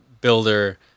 builder